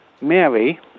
Mary